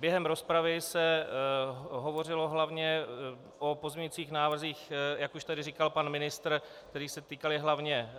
Během rozpravy se hovořilo hlavně o pozměňujících návrzích, jak už tady říkal pan ministr, které se týkaly hlavně